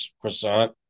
croissant